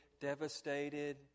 devastated